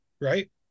right